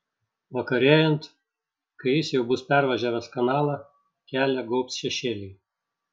vakarėjant kai jis jau bus pervažiavęs kanalą kelią gaubs šešėliai